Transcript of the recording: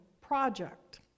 Project